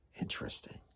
interesting